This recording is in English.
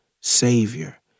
Savior